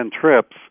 trips